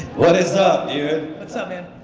what is up, dude? what's up, man?